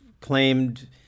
claimed